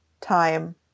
time